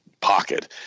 pocket